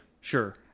Sure